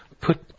put